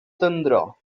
tendror